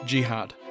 Jihad